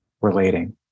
relating